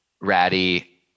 ratty